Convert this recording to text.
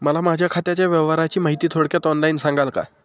मला माझ्या खात्याच्या व्यवहाराची माहिती थोडक्यात ऑनलाईन सांगाल का?